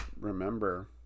remember